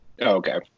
Okay